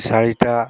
শাড়িটা